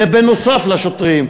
זה נוסף על השוטרים,